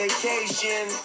Vacation